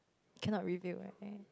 cannot rebuild right